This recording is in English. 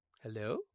Hello